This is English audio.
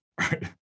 right